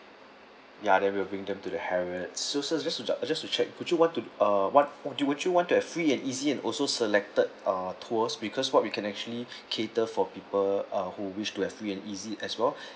ya they will bring them to the harriet so so just to uh just to check would you want to uh what oh do you would you want to have free and easy and also selected uh tours because what we can actually cater for people uh who wish to have free and easy as well